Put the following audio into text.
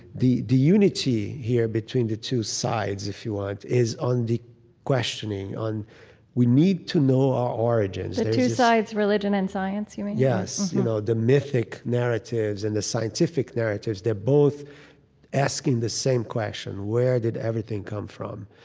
the the unity here between the two sides, if you want, is on the questioning on we need to know our origins the two sides religion and science, you mean? yes. the the mythic narratives and the scientific narratives, they're both asking the same question where did everything come from?